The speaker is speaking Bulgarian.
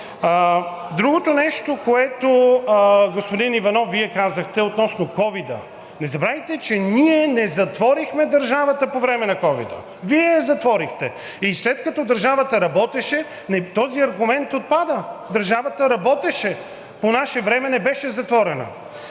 Другото нещо, което, господин Иванов, Вие казахте, относно ковида. Не забравяйте, че ние не затворихме държавата по време на ковида, Вие я затворихте! И след като държавата работеше, този аргумент отпада – държавата работеше по наше време, не беше затворена.